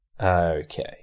Okay